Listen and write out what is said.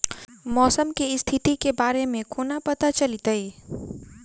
मौसम केँ स्थिति केँ बारे मे कोना पत्ता चलितै?